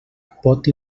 pot